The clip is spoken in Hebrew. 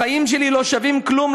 החיים שלי לא שווים כלום.